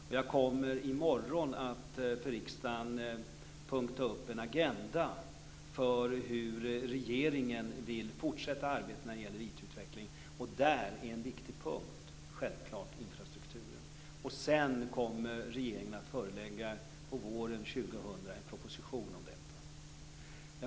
I morgon kommer jag att för riksdagen så att säga punkta upp en agenda för hur regeringen vill fortsätta arbetet när det gäller IT utvecklingen. Självklart är en viktig punkt där infrastrukturen. Under våren 2000 kommer regeringen att förelägga en proposition om detta.